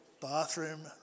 bathroom